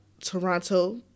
Toronto